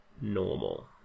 normal